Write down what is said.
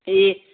ए